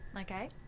Okay